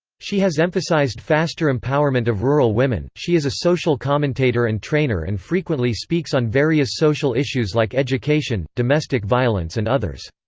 she has emphasized faster empowerment of rural women she is a social commentator and trainer and frequently speaks on various social issues like education, domestic violence and others.